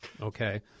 Okay